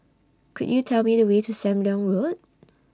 Could YOU Tell Me The Way to SAM Leong Road